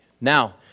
Now